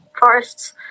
forests